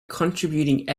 contributing